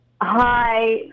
hi